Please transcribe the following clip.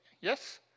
Yes